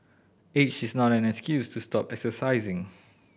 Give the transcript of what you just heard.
age is not an excuse to stop exercising